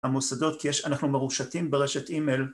המוסדות, כי אנחנו מרושתים ברשת אימייל